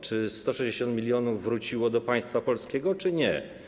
Czy 160 mln wróciło do państwa polskiego, czy nie?